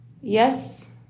Yes